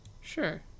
Sure